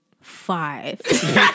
five